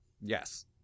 Yes